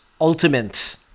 ultimate